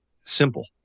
simple